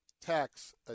tax